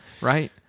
right